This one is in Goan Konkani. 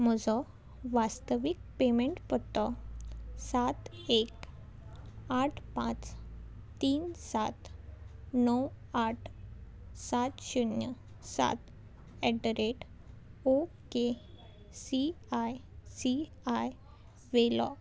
म्हजो वास्तवीक पेमेंट पत्तो सात एक आठ पांच तीन सात णव आठ सात शुन्य सात at the rate O K C I C I व्हेलो